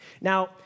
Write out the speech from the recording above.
Now